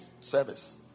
service